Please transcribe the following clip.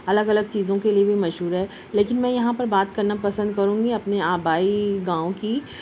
الگ الگ چیزوں کے لیے بھی مشہور ہے لیکن میں یہاں پر بات کرنا پسند کروں گی اپنے آبائی گاؤں کی